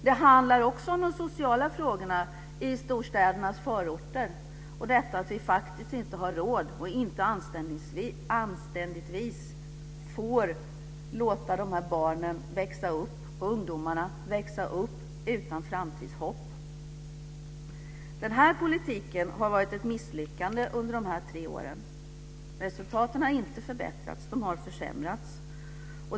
Det handlar också om de sociala frågorna i storstädernas förorter och om att vi faktiskt inte har råd och anständigtvis inte får låta dessa barn och ungdomar växa upp utan framtidshopp. Den här politiken har varit ett misslyckande under dessa tre år. Resultaten har inte förbättrats. De har försämrats.